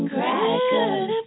Crackers